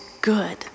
good